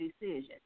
decision